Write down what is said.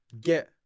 get